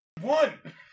One